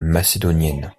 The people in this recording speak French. macédonienne